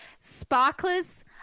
sparklers